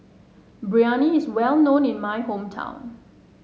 Biryani is well known in my hometown